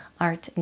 art